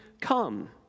come